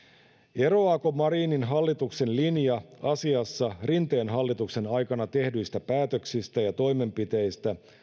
eroaako marinin hallituksen linja asiassa rinteen hallituksen aikana tehdyistä päätöksistä ja toimenpiteistä